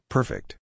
Perfect